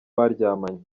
baryamanye